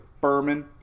Furman